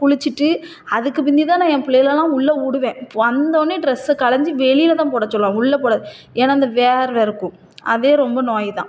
குளிச்சுட்டு அதுக்கு பின்தி தான் நான் என் பிள்ளையலெலாம் உள்ளே விடுவேன் வந்தோடன்னே ட்ரெஸ்ஸை களைஞ்சு வெளியில் தான் போட சொல்லுவேன் உள்ளே போட்டது ஏனால் இந்த வேர்வை இருக்கும் அதே ரொம்ப நோய் தான்